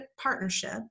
partnership